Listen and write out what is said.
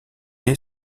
est